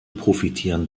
profitieren